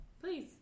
please